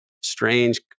strange